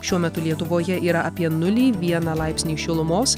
šiuo metu lietuvoje yra apie nulį vieną laipsnį šilumos